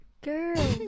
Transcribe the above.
girl